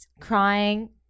crying